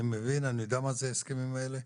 אני מבין ואני יודע מה זה ההסכמים האלה,